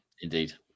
Indeed